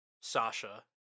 Sasha